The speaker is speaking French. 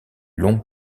long